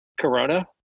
Corona